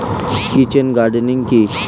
Kitchen gardening কি?